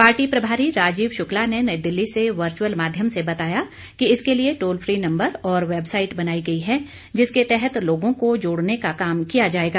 party प्रभारी राजीव शुक्ला ने नई दिल्ली से वर्चुअल माध्यम से बताया कि इसके लिए टोल फ्री नंबर और वैबसाईट बनाई गई है जिसके तहत लोगों को जोड़ने का काम किया जाएगा